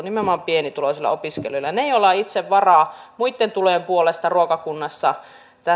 nimenomaan pienituloisilla opiskelijoilla niiltä joilla on itse varaa muitten tulojen puolesta ruokakunnassa